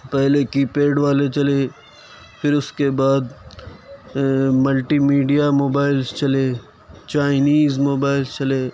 پہلے keypad والے چلے پھر اس کے بعد ملٹی میڈیا موبائلس چلے چائنیز موبائلس چلے